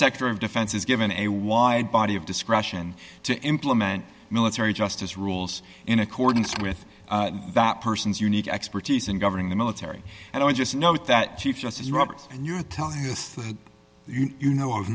sector of defense is given a wide body of discretion to implement military justice rules in accordance with that person's unique expertise in governing the military and i just note that chief justice roberts and you are telling us that you know of